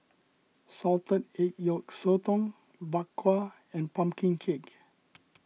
Salted Egg Yolk Sotong Bak Kwa and Pumpkin Cake